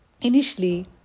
Initially